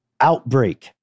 Outbreak